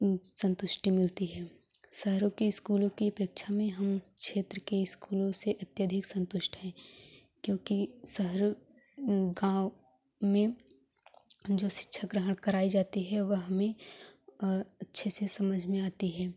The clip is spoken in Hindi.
संतुष्टि मिलती है शहरों की स्कूलों की अपेक्षा में हम क्षेत्र के स्कूलों से अत्यधिक संतुष्ट हैं क्योंकि शहरो गाँव में जो शिक्षा ग्रहण कराई जाती है वह हमें अच्छे से समझ में आती है